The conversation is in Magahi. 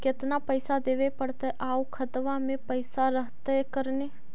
केतना पैसा देबे पड़तै आउ खातबा में पैसबा रहतै करने?